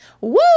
Woo